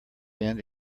end